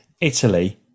Italy